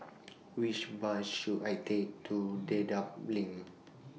Which Bus should I Take to Dedap LINK